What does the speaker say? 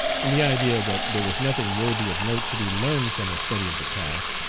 in the idea that there was nothing worthy of note to be learned from a study of the past,